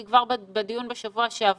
כי כבר בדיון בשבוע שעבר,